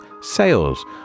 sales